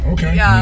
Okay